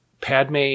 Padme